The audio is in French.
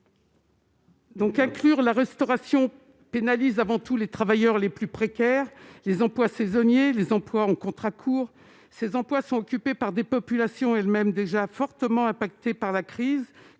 ? Inclure la restauration pénalise avant tout les travailleurs les plus précaires et les emplois saisonniers ou en contrat court. Ces emplois sont occupés par des populations elles-mêmes déjà fortement touchées par la crise,